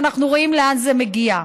ואנחנו רואים לאן זה מגיע.